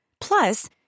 Plus